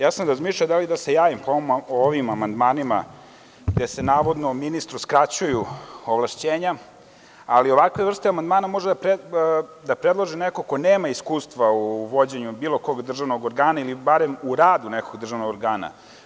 Razmišljao sam da li da se javim po ovim amandmanima, gde se navodno ministru uskraćuju ovlašćenja, ali ovakve vrste amandmana može da predloži neko ko nema iskustva u vođenju bilo kog državnog organa ili barem u radu nekog državnog organa.